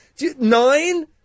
Nine